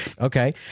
okay